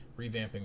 revamping